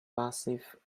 passive